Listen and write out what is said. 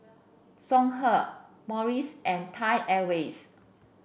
Songhe Morries and Thai Airways